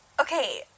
Okay